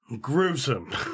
Gruesome